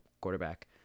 quarterback